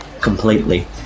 completely